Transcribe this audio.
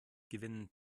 gewinnen